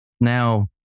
Now